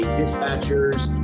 dispatcher's